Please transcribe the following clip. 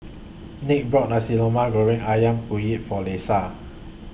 Nick bought Nasi Goreng Ayam Kunyit For Leisa